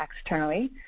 externally